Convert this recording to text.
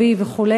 הבי וכו'